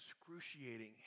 excruciating